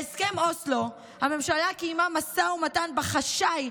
בהסכם אוסלו הממשלה קיימה משא ומתן בחשאי,